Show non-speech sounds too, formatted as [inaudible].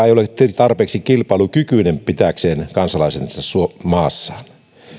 [unintelligible] ei ole tarpeeksi kilpailukykyinen pitääkseen kansalaisensa maassaan